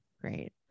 Great